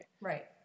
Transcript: Right